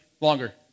Longer